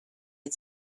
had